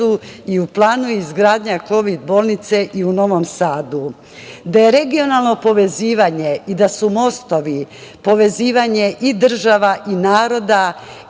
i u planu je izgradnja kovid bolnice i u Novom Sadu. Da je regionalno povezivanje i da su mostovi povezivanje i država i naroda